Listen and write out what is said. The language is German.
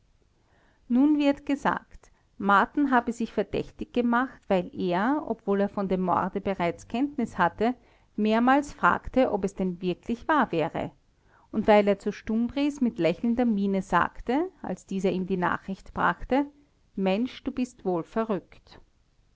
nun wird gesagt sagt marten habe sich verdächtig gemacht weil er obwohl er von dem morde bereits kenntnis hatte mehrmals fragte ob es denn wirklich wahr wäre und weil er zu stumbries mit lächelnder miene sagte als dieser ihm die nachricht brachte mensch du bist wohl verrückt